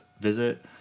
visit